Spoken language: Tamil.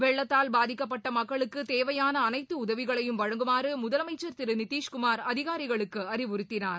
வெள்ளத்தால் பாதிக்கப்பட்ட மக்குளுக்கு தேவையாள அனைத்து உதவிகளையும் வழங்குமாறு முதலமைச்சர் திரு நிதிஷ்குமார் அதிகாரிகளுக்கு அறிவுறுத்தினார்